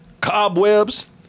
Cobwebs